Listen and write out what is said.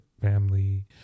family